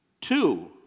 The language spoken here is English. two